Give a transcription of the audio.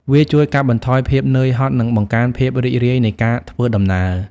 វាជួយកាត់បន្ថយភាពនឿយហត់ និងបង្កើនភាពរីករាយនៃការធ្វើដំណើរ។